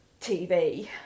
TV